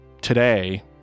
today